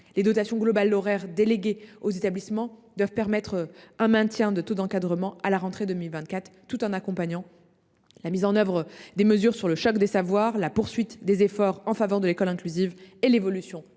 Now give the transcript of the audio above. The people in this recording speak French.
Les dotations globales horaires déléguées aux établissements doivent permettre un maintien des taux d’encadrement à la rentrée 2024, tout en accompagnant la mise en œuvre des mesures du « choc des savoirs », la poursuite de l’effort en faveur de l’école inclusive et les évolutions